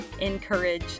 encourage